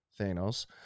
Thanos